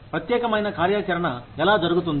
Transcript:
ప్రత్యేకమైన కార్యాచరణ ఎలా జరుగుతుంది